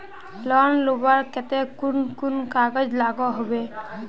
Loan लुबार केते कुन कुन कागज लागोहो होबे?